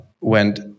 went